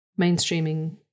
mainstreaming